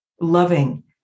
loving